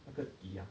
那个低啊